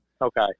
okay